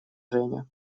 женя